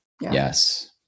Yes